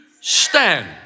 stand